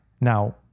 Now